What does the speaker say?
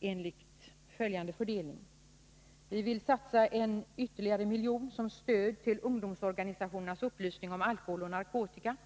enligt följande fördelning: Vi vill satsa ytterligare 1 milj.kr. som stöd till ungdomsorganisationernas upplysning om alkohol och narkotika.